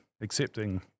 accepting